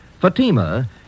Fatima